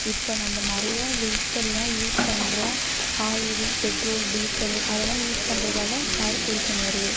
இப்போது நம்ம நிறையா வெஹிகிள்லாம் யூஸ் பண்ணுறோம் ஆயில் பெட்ரோல் டீசல் அதெல்லாம் யூஸ் பண்ணுறதால ஏர் பொல்யூஷன் வருது